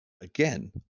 Again